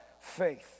faith